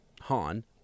Han